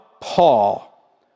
Paul